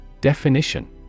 Definition